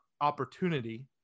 opportunity